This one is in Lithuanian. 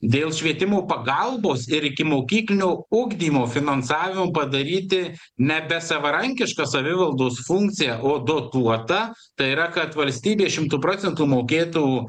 dėl švietimo pagalbos ir ikimokyklinio ugdymo finansavimo padaryti nebe savarankiška savivaldos funkcija o dotuota tai yra kad valstybė šimtu procentų mokėtų